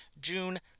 June